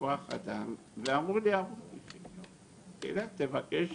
כוח אדם ואמרו לי "עברו 90 יום, תלך תבקש